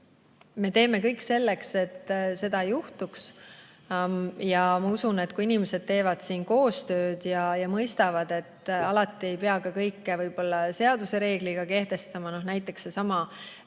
Me teeme kõik selleks, et seda ei juhtuks. Ja ma usun, et kui inimesed teevad koostööd ja mõistavad, et alati ei pea kõike seadusereegliga kehtestama. Näiteks seesama maski